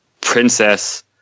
princess